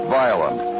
violent